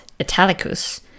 Italicus